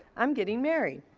i'm getting married.